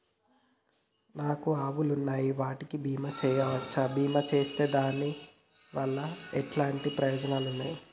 నాకు ఆవులు ఉన్నాయి వాటికి బీమా చెయ్యవచ్చా? బీమా చేస్తే దాని వల్ల ఎటువంటి ప్రయోజనాలు ఉన్నాయి?